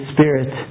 Spirit